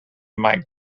mike